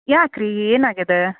ಯಾಕೆ ರೀ ಏನಾಗೆದ